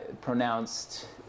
pronounced